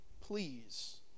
please